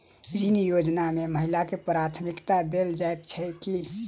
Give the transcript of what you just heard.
ऋण योजना मे महिलाकेँ प्राथमिकता देल जाइत छैक की?